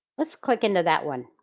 let's click into that one.